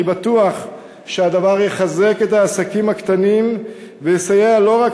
אני בטוח שהדבר יחזק את העסקים הקטנים ויסייע לא רק